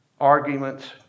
arguments